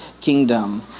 kingdom